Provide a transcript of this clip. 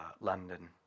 London